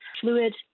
fluid